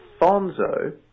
Fonzo